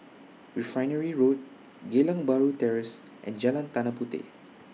Refinery Road Geylang Bahru Terrace and Jalan Tanah Puteh